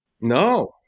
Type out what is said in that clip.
No